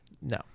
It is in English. No